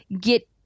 Get